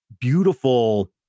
beautiful